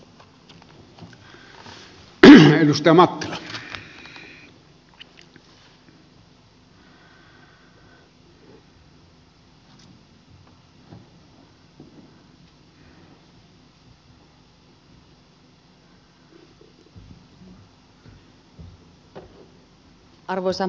arvoisa puhemies